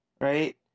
right